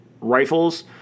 Rifles